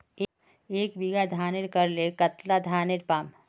एक बीघा धानेर करले कतला धानेर पाम?